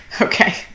Okay